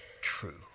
true